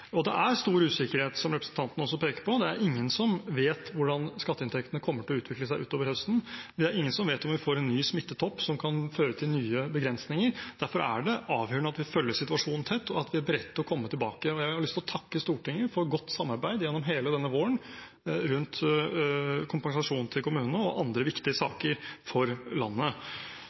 det. Det er stor usikkerhet, som representanten også peker på. Det er ingen som vet hvordan skatteinntektene kommer til å utvikle seg utover høsten. Det er ingen som vet om vi får en ny smittetopp, som kan føre til nye begrensninger. Derfor er det avgjørende at vi følger situasjonen tett, og at vi er beredt til å komme tilbake. Og jeg har lyst til å takke Stortinget for godt samarbeid gjennom hele denne våren rundt kompensasjonen til kommunene og andre viktige saker for landet.